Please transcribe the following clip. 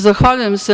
Zahvaljujem se.